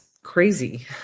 crazy